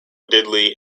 diddley